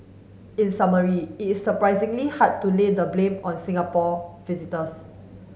in summary it is surprisingly hard to lay the blame on Singapore visitors